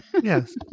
Yes